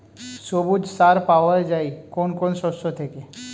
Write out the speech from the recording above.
সবুজ সার পাওয়া যায় কোন কোন শস্য থেকে?